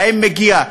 להם מגיע.